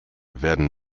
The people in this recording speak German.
werden